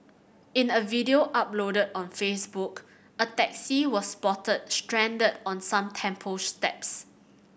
in a video uploaded on Facebook a taxi was spotted stranded on some temple steps